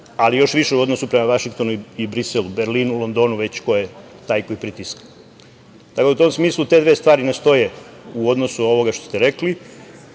ali još više u odnosu prema Vašingtonu i Briselu, Berlinu, Londonu, već ko je taj koji pritiska. Tako da, u tom smislu te dve stvari ne stoje u odnosu ovoga što ste rekli.